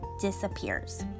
disappears